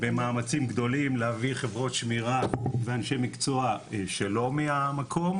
זה עולה לנו במאמצים גדולים להביא חברות שמירה ואנשי מקצוע שלא מהמקום,